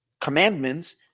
commandments